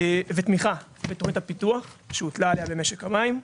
ותמיכה בתוכנית הפיתוח שהוטלה עליה במשק המים.